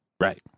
Right